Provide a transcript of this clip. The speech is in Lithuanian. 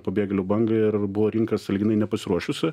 pabėgėlių bangą ir buvo rinka sąlyginai nepasiruošusi